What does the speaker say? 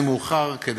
יש מענה לכיתות א' ג',